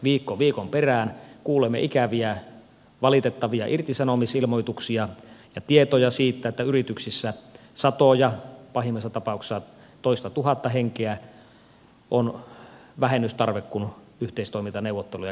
viikko viikon perään kuulemme ikäviä valitettavia irtisanomisilmoituksia ja tietoja siitä että yrityksissä satoja henkilöitä pahimmassa tapauksessa toista tuhatta henkeä on vähennystarve kun yhteistoimintaneuvotteluja käynnistetään